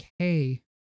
okay